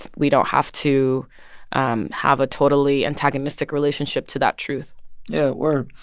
we don't have to um have a totally antagonistic relationship to that truth yeah, word.